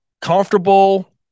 comfortable